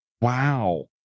Wow